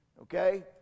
okay